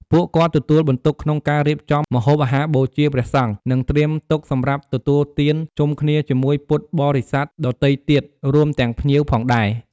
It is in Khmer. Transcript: ក្រៅពីនេះវាក៏តម្រូវឲ្យមានការរៀបចំផែនការ និងកម្លាំងច្រើនក្នុងការសហការបម្រើភ្ញៀវ។